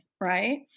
Right